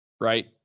right